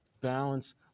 balance